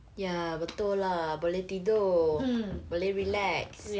ya betul lah boleh tidur boleh relax